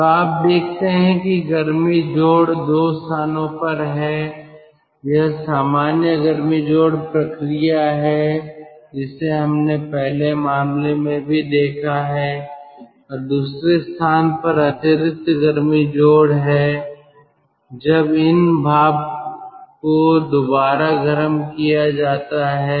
तो आप देखते हैं कि गर्मी जोड़ 2 स्थानों पर है यह सामान्य गर्मी जोड़ प्रक्रिया है जिसे हमने पहले मामले में भी देखा है और दूसरे स्थान पर अतिरिक्त गर्मी जोड़ है जब इन भाप को दोबारा गर्म किया जाता है